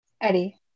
Eddie